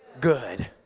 good